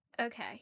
okay